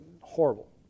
horrible